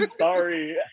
sorry